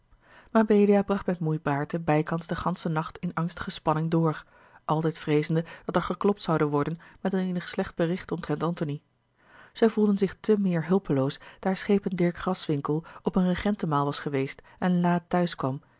mabelia bracht met moei baerte bijkans den ganschen nacht in angstige spanning door altijd vreezende dat er geklopt zoude worden met eenig slecht bericht omtrent antony zij voelden zich te meer hulpeloos daar schepen dirk graswinckel op een regentenmaal was geweest en laat